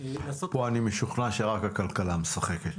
לעשות --- פה אני משוכנע שרק הכלכלה משחקת,